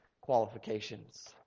qualifications